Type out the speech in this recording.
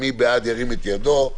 מי בעד ירים את ידו?